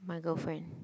my girlfriend